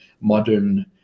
modern